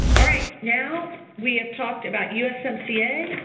all right, now we have talked about usmca.